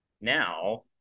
now